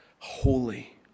Holy